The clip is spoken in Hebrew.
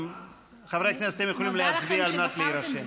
חברי הכנסת, אתם יכולים להצביע על מנת להירשם,